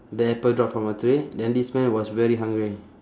the apple drop from the tree then this man was very hungry